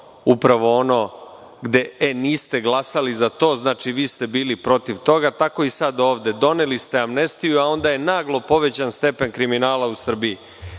upravo ono gde – e niste glasili za to, znači vi ste bili protiv toga, tako i sada ovde – doneli ste amnestiju a onda je naglo povećan stepen kriminala u Srbiji.